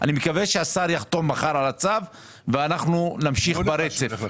אני מקווה שהשר יחתום מחר על הצו ואנחנו נמשיך ברצף.